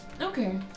Okay